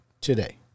today